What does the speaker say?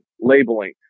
labeling